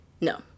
No